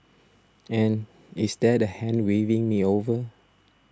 and is that a hand waving me over